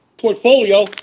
portfolio